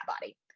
body